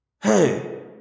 Hey